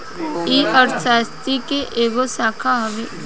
ई अर्थशास्त्र के एगो शाखा हवे